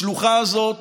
לשלוחה הזאת